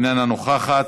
איננה נוכחת,